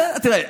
תראה,